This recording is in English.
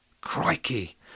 Crikey